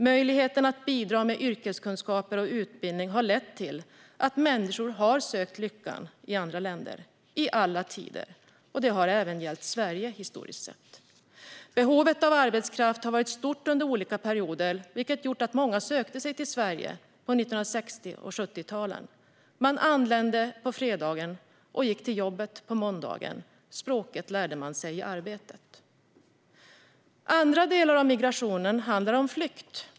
Möjligheten att bidra med yrkeskunskaper och utbildning har lett till att människor har sökt lyckan i andra länder i alla tider. Det har även gällt Sverige historiskt sett. Behovet av arbetskraft har varit stort under olika perioder, vilket gjorde att många sökte sig till Sverige på 1960 och 1970-talen. Man anlände på fredagen och gick till jobbet på måndagen. Språket lärde man sig i arbetet. Andra delar av migrationen handlar om flykt.